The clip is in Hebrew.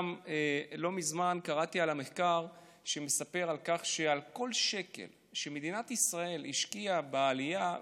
לא מזמן קראתי על מחקר שמספר שעל כל שקל שמדינת ישראל השקיעה בעלייה,